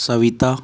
Savita